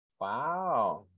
Wow